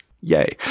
yay